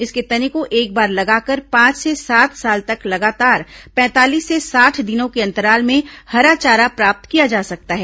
इसके तने को एक बार लगाकर पांच से सात साल तक लगातार पैंतालीस से साठ दिनों के अंतराल में हरा चारा प्राप्त किया जा सकता है